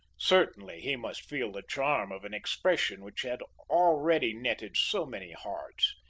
certainly he must feel the charm of an expression which had already netted so many hearts.